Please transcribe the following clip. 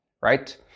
right